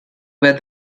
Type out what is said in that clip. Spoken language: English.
where